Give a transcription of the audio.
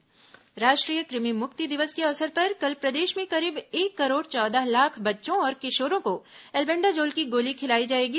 कृमि मृक्ति दिवस राष्ट्रीय कृमि मुक्ति दिवस के अवसर पर कल प्रदेश में करीब एक करोड़ चौदह लाख बच्चों और किशोरों को एल्बेंडाजॉल की गोली खिलाई जाएगी